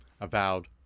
avowed